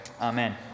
amen